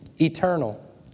eternal